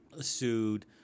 sued